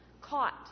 caught